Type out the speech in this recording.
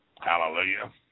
Hallelujah